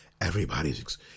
everybody's